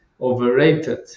overrated